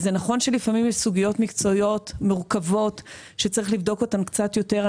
זה נכון שלפעמים יש סוגיות מקצועיות מורכבות שצריך לבדוק אותן קצת יותר,